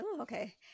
okay